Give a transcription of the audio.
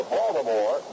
Baltimore